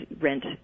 rent